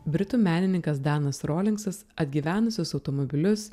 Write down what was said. britų menininkas danas rolingsas atgyvenusius automobilius